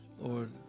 Lord